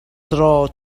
through